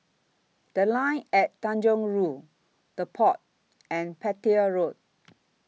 The Line At Tanjong Rhu The Pod and Petir Road